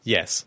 Yes